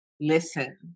listen